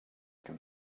can